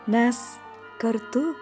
mes kartu